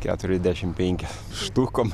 keturiasdešim penki štukom